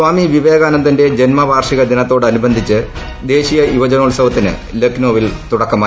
സ്വാമി വിവേകാനന്ദന്റെ ജന്മവാർഷിക ദിനത്തോടനുബന്ധിച്ച് ദേശീയ യുവജനോത്സവത്തിന് ലക്നൌവിൽ തുടക്കമായി